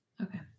Okay